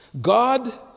God